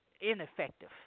ineffective